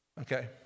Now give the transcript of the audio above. Okay